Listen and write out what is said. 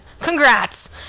congrats